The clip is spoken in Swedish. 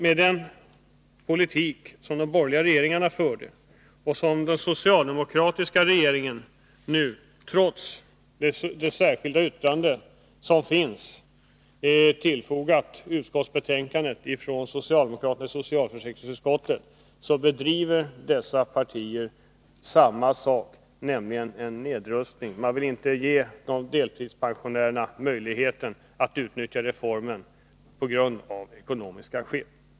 Med den politik som de borgerliga regeringarna förde och med den politik som den socialdemokratiska regeringen nu för, trots det särskilda yttrande som finns fogat till betänkandet från socialdemokraterna i socialförsäkringsutskottet, bedriver dessa partier en nedrustningspolitik. Man vill inte ge människor ekonomiska möjligheter att utnyttja reformen.